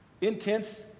intense